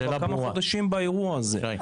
אנחנו כבר כמה חודשים באירוע הזה.